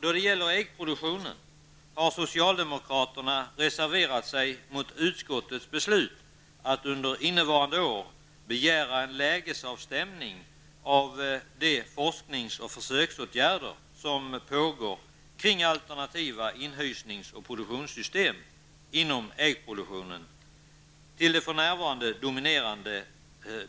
Då det gäller äggproduktionen har socialdemokraterna reserverat sig mot utskottes beslut att under innevarande år begära en lägesavstämning av de forsknings och försöksåtgärder som pågår kring alternativa inhysnings och produktionssystem inom äggproduktionen till det för närvarande dominerande